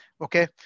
Okay